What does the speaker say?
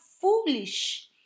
foolish